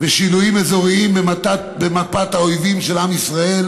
ושינויים אזוריים במפת האויבים של עם ישראל